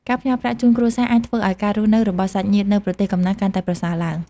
ការផ្ញើប្រាក់ជូនគ្រួសារអាចធ្វើឱ្យការរស់នៅរបស់សាច់ញាតិនៅប្រទេសកំណើតកាន់តែប្រសើរឡើង។